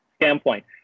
standpoint